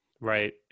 Right